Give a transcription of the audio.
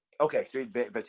Okay